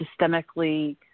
systemically